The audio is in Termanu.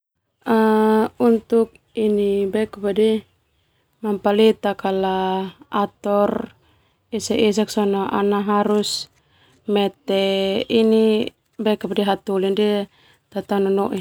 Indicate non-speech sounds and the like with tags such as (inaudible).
Untuk mampaletak ala ator esa esak sona ana harus mete ini (hesitation) hataholi ndia tatao nonoin.